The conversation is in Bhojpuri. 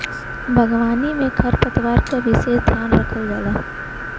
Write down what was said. बागवानी में खरपतवार क विसेस ध्यान रखल जाला